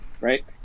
right